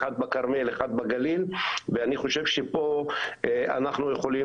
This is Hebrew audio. אחד בכרמל ואחד בגליל ואני חושב שפה אנחנו יכולים